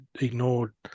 ignored